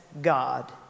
God